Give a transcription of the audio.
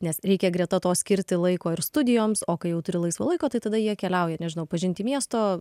nes reikia greta to skirti laiko ir studijoms o kai jau turi laisvo laiko tai tada jie keliauja nežinau pažinti miesto